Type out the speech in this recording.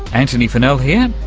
antony funnell here,